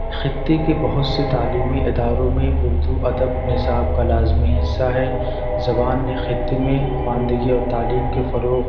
خطے کے بہت سے تعلیمی اداروں میں اردو ادب نصاب کا لازمی حصہ ہے زبان نے خطے میں خواندگی اور تعلیم کے فروغ